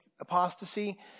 apostasy